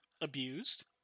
abused